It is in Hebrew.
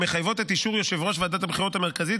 המחייבות את אישור יושב-ראש ועדת הבחירות המרכזית